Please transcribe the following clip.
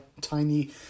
tiny